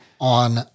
on